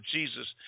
Jesus